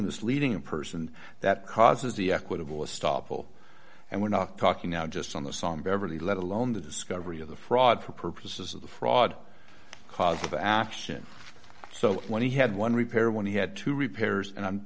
misleading a person that causes the equitable stoppel and we're not talking now just on the song beverly let alone the discovery of the fraud for purposes of the fraud cause of action so when he had one repaired when he had to repairs and